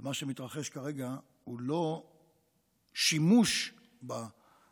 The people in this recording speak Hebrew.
מה שמתרחש כרגע הוא לא שימוש בזכות